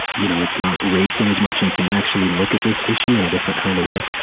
you know, it's not racing as much and you can actually look at this issue in a different kind of way.